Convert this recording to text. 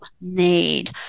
need